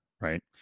right